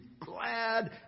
glad